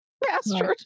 Bastard